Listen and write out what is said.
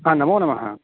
हा नमो नमः